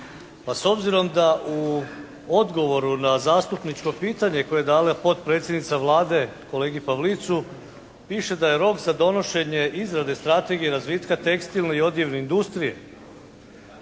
Pa s obzirom da u odgovoru na zastupničko pitanje koje je dala potpredsjednica Vlade kolegi Pavlicu piše da je rok za donošenje izrade Strategije razvitka tekstilne i odjevne industrije